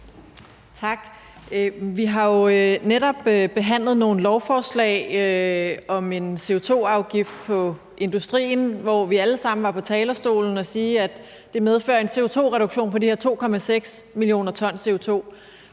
Tak. Vi har jo netop behandlet nogle lovforslag om en CO2-afgift på industrien, hvor vi alle sammen var på talerstolen og sige, at det medfører en CO2-reduktion på de her 2,6 mio. t.